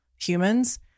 humans